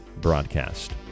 broadcast